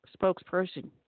spokesperson